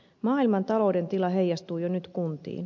maailmantalouden tila heijastuu jo nyt kuntiin